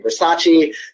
Versace